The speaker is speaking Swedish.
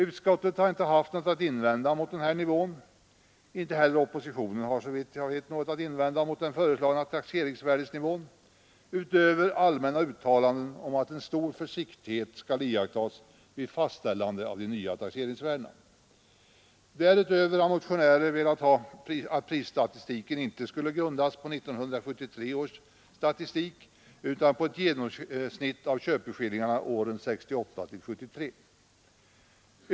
Utskottet har inte haft något att invända mot den nivån; inte heller oppositionen har såvitt jag vet någonting att invända mot den föreslagna taxeringsvärdenivån utöver allmänna uttalanden om att stor försiktighet skall iakttas vid fastställande av de nya taxeringsvärdena. Därutöver har motionärer velat att prisstatistiken inte skulle grundas på 1973 års statistik utan på ett genomsnitt av köpeskillingarna 1968-1973.